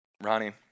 Ronnie